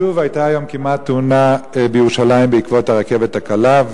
שוב היתה היום כמעט תאונה בירושלים עקב הרכבת הקלה,